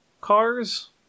cars